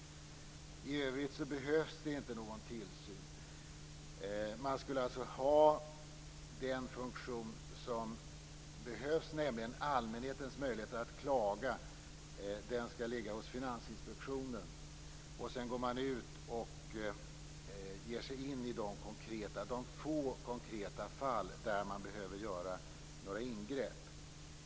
I övrigt behövs det inte någon tillsyn. Den funktion som behövs, nämligen allmänhetens möjlighet att klaga, skall ligga hos Finansinspektionen. Sedan går man ut och ger sig in i de få konkreta fall där det behövs ingrepp.